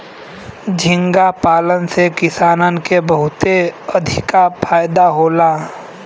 झींगा पालन से किसानन के बहुते अधिका फायदा होला